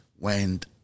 went